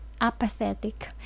apathetic